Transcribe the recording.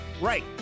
Right